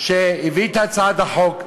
שהביא את הצעת החוק,